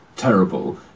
terrible